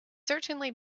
certainly